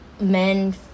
men